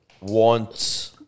want